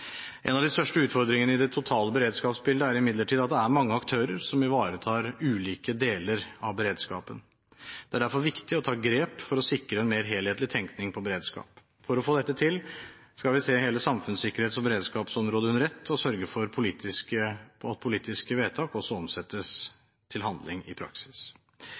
En av de største utfordringene i det totale beredskapsbildet er imidlertid at det er mange aktører som ivaretar ulike deler av beredskapen. Det er derfor viktig å ta grep for å sikre en mer helhetlig tenkning rundt beredskap. For å få dette til skal vi se hele samfunnssikkerhets- og beredskapsområdet under ett og sørge for at politiske vedtak også omsettes til handling i praksis.